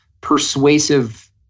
persuasive